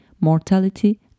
mortality